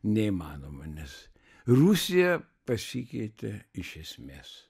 neįmanoma nes rusija pasikeitė iš esmės